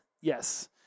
Yes